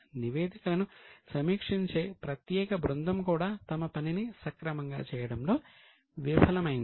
నివేదికలను సమీక్షించే ప్రత్యేక బృందం కూడా తమ పనిని సక్రమంగా చేయడంలో విఫలమైంది